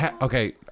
Okay